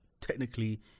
technically